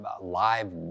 live